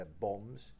bombs